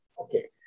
Okay